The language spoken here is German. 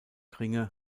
ringe